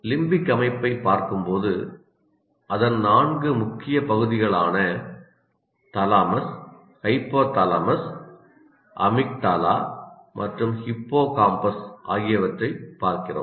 limbic அமைப்பைப் பார்க்கும்போது அதன் நான்கு முக்கிய பகுதிகளான தாலமஸ் ஹைபோதாலமஸ் அமிக்டாலா மற்றும் ஹிப்போகாம்பஸ் ஆகியவற்றைப் பார்க்கிறோம்